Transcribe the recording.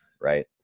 Right